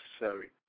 necessary